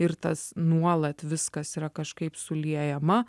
ir tas nuolat viskas yra kažkaip suliejama